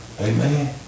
Amen